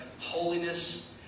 holiness